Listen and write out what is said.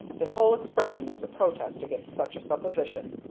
his whole expression is a protest against such a supposition.